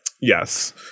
yes